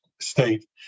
state